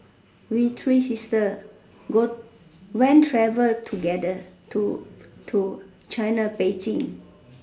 we three sister go went travel together to to China Beijing